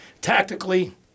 Tactically